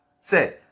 Say